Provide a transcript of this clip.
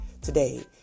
today